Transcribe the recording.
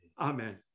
Amen